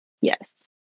Yes